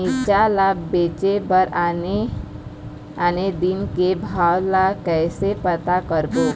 मिरचा ला बेचे बर आने आने दिन के भाव ला कइसे पता करबो?